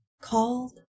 called